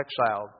exiled